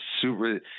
super